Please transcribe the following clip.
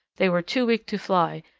they were too weak to fly,